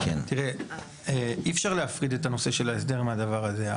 תראה, אי אפשר להפריד את הנושא של הסדר מהדבר הזה.